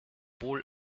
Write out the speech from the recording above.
wohl